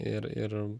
ir ir